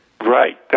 Right